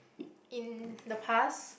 in the past